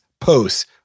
posts